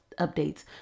updates